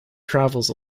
travels